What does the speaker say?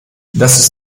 das